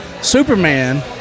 Superman